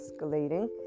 escalating